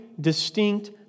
distinct